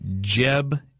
Jeb